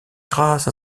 grâce